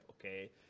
okay